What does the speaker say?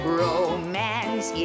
romance